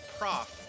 Prof